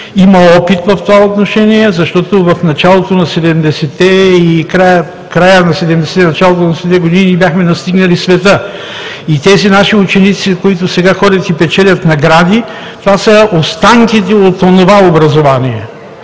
Има опит в това отношение, защото в края на 70-те и началото на 80-те години бяхме настигнали света. Тези наши ученици, които сега ходят и печелят награди – това са останките от онова образование,